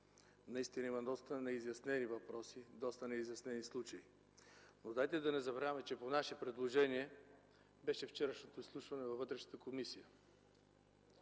Наистина има доста неизяснени въпроси, доста неизяснени случаи. Но дайте да не забравяме, че по наше предложение беше вчерашното изслушване в Комисията